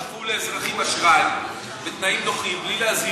דחפו לאזרחים אשראי בתנאים נוחים בלי להזהיר אותם.